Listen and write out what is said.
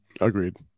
Agreed